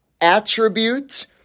attribute